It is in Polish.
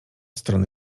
strony